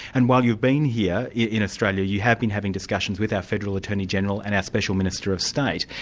and while you've been here in australia, you have been having discussions with our federal attorney-general and our special minister of state.